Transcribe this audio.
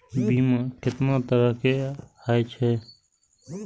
बीमा केतना तरह के हाई छै?